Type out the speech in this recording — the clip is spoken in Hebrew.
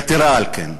יתר על כן,